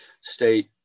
state